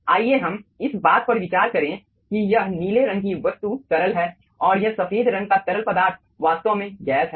आइए हम इस बात पर विचार करें कि यह नीले रंग की वस्तु तरल है और यह सफेद रंग का तरल पदार्थ वास्तव में गैस है